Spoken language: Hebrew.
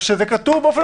כשזה כתוב באופן מפורש.